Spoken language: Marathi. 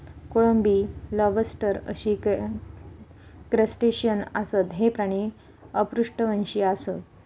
कोळंबी, लॉबस्टर अशी क्रस्टेशियन आसत, हे प्राणी अपृष्ठवंशी आसत